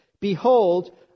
Behold